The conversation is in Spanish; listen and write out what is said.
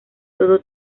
todo